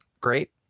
great